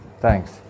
thanks